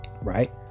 Right